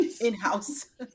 in-house